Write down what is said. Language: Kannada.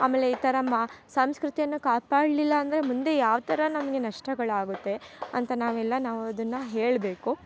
ಆಮೇಲೆ ಈ ಥರ ಮ ಸಂಸ್ಕೃತಿಯನ್ನ ಕಾಪಾಡಲಿಲ್ಲ ಅಂದರೆ ಮುಂದೆ ಯಾವ ಥರ ನಮಗೆ ನಷ್ಟಗಳಾಗುತ್ತೆ ಅಂತ ನಾವೆಲ್ಲ ನಾವು ಅದನ್ನ ಹೇಳಬೇಕು